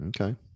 Okay